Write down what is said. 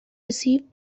received